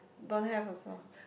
don't have also